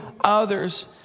others